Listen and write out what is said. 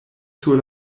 sur